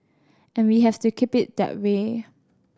and we have to keep it that way